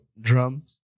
drums